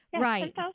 Right